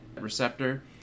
receptor